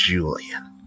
Julian